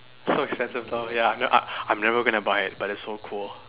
so expensive though ya I am never gonna buy it but is so cool